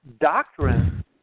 doctrine